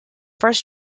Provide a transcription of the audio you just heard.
first